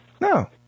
No